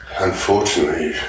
Unfortunately